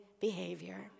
behavior